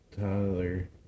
Tyler